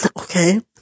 Okay